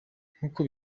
nk’uko